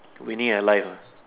we need a life ah